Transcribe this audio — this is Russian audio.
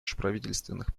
межправительственных